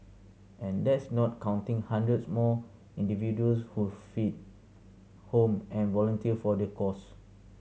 and that's not counting hundreds more individuals who feed home and volunteer for the cause